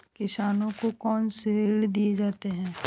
किसानों को कौन से ऋण दिए जाते हैं?